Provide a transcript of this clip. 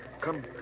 Come